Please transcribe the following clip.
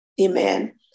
Amen